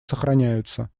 сохраняются